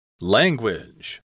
Language